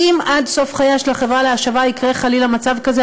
אם עד סוף חייה של החברה להשבה יקרה חלילה מצב כזה,